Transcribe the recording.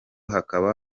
hakaba